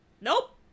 Nope